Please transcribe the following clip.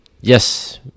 yes